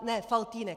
Ne, Faltýnek.